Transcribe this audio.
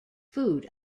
food